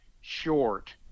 short